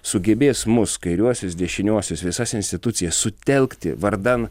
sugebės mus kairiuosius dešiniuosius visas institucijas sutelkti vardan